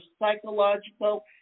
psychological